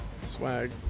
Swag